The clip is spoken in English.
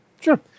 Sure